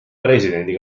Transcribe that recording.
presidendi